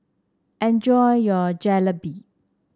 enjoy your Jalebi